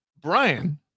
brian